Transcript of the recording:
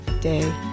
day